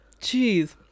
jeez